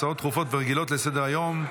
הצעות דחופות ורגילות לסדר-היום.